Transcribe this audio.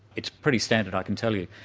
it's pretty standard, i can tell you.